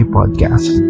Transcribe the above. Podcast